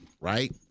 right